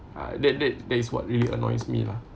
that that that is what really annoys me lah